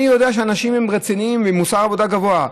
אני יודע שאנשים הם רציניים, עם מוסר עבודה גבוה.